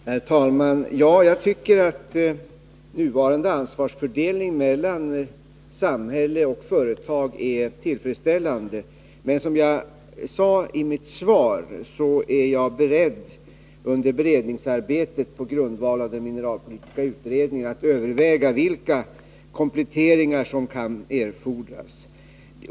Herr talman! Jag tycker att nuvarande ansvarsfördelning mellan samhälle och företag är tillfredsställande. Men som jag sade i mitt svar är jag beredd att under beredningsarbetet och på grundval av mineralpolitiska utredningen överväga vilka kompletteringar som kan erfordras.